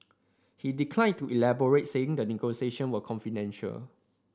he declined to elaborate saying the negotiation were confidential